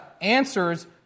answers